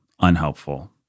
unhelpful